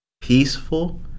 peaceful